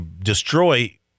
destroy